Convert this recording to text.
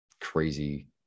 crazy